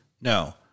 No